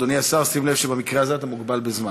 אדוני השר, שים לב שבמקרה הזה אתה מוגבל בזמן.